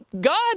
God